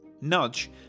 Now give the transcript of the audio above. Nudge